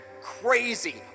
crazy